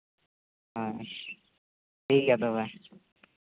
ᱦᱳᱭ ᱴᱷᱤᱠ ᱜᱮᱭᱟ ᱛᱚᱵᱮ